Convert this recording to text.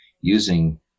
using